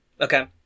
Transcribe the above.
Okay